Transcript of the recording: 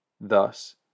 Thus